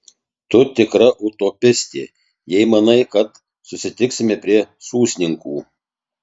tu tikra utopistė jei manai kad susitiksime prie sūsninkų